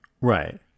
Right